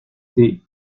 thé